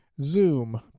zoom